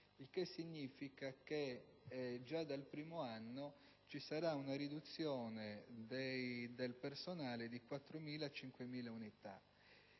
il che significa che già dal primo anno ci sarà una riduzione del personale pari a 4.000-5.000 unità.